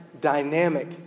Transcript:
dynamic